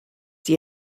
you